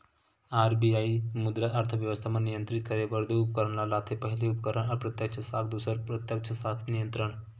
RBI मुद्रा अर्थबेवस्था म नियंत्रित करे बर दू उपकरन ल लाथे पहिली उपकरन अप्रत्यक्छ साख दूसर प्रत्यक्छ साख नियंत्रन